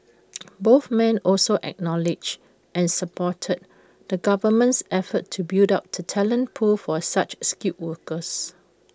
both men also acknowledged and supported the government's efforts to build up the talent pool for such skilled workers